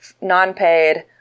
non-paid